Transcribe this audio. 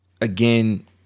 Again